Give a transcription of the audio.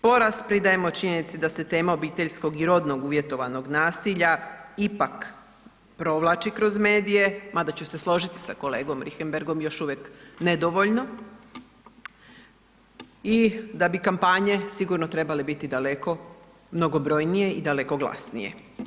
Porast pridajemo činjenici da se tema obiteljskog i rodnog uvjetovanog nasilja ipak provlači kroz medije, ma da ću se složiti sa kolegom Richemberghom još uvijek nedovoljno i da bi kampanje sigurno trebale biti daleko mnogobrojnije i daleko glasnije.